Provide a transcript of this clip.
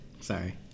Sorry